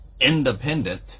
independent